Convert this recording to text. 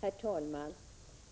Herr talman!